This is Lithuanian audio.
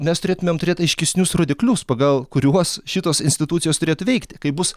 mes turėtumėm turėt aiškesnius rodiklius pagal kuriuos šitos institucijos turėtų veikti kai bus